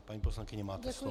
Paní poslankyně, máte slovo.